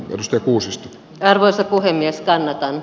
rekuusi stt arvoisa puhemies käännetään